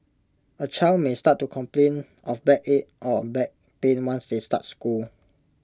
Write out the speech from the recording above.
A child may start to complain of backache or back pain once they start school